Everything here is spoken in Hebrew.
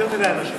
יותר מדי אנשים.